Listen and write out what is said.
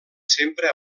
sempre